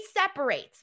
separate